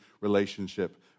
relationship